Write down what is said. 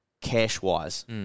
cash-wise